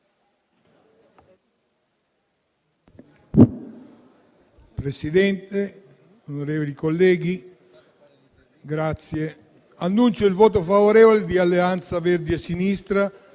Presidente, onorevoli colleghi, annuncio il voto favorevole di Alleanza Verdi e Sinistra